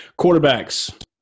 Quarterbacks